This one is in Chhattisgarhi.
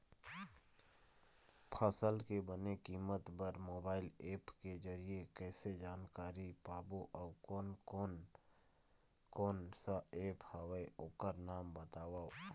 फसल के बने कीमत बर मोबाइल ऐप के जरिए कैसे जानकारी पाबो अउ कोन कौन कोन सा ऐप हवे ओकर नाम बताव?